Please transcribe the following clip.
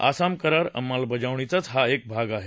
आसाम करार अंमलबजावणीचाच हा एक भाग आहे